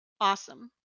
Awesome